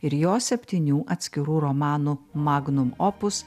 ir jo septynių atskirų romanų magnum opus